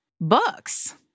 books